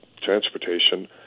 transportation